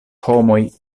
homoj